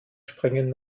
springen